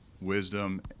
wisdom